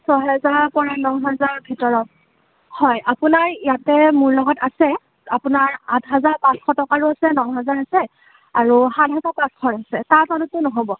ছহেজাৰৰ পৰা নহেজাৰৰ ভিতৰত হয় আপোনাৰ ইয়াতে মোৰ লগত আছে আপোনাৰ আঠ হেজাৰ পাঁচশ টকাৰো আছে ন হেজাৰো আছে আৰু সাত হেজাৰ পাঁচশ আছে তাৰ তলতটো নহ'ব